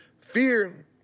Fear